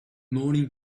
morning